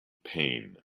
pain